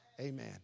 Amen